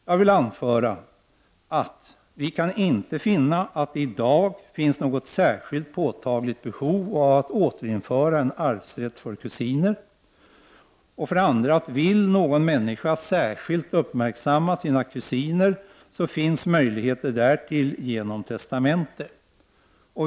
Jag vill anföra att vi inte kan finna att det i dag finns något särskilt påtagligt behov av att återinföra en arvsrätt för kusiner. Vill någon människa särskilt uppmärksamma sina kusiner, så finns möjligheter därtill genom testamente.